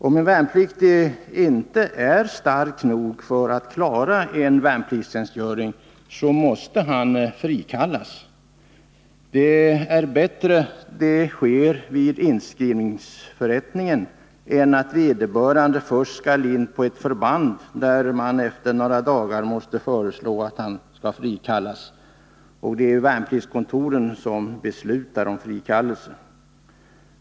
Om en värnpliktig inte är stark nog att klara värnpliktstjänstgöring måste han frikallas. Det är bättre att det sker vid inskrivningsförrättningen än att vederbörande först skall in på ett förband, där man efter några dagar måste föreslå att han frikallas. Det är ju värnpliktskontoren som beslutar om frikallelse.